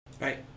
Right